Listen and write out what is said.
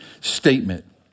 statement